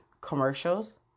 commercials